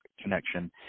connection